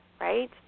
right